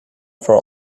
for